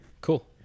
cool